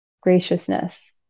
graciousness